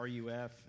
RUF